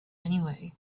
anyway